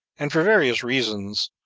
and, for various reasons,